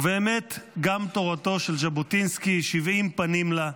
ובאמת, גם תורתו של ז'בוטינסקי, 70 פנים לה.